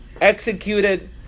executed